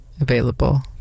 available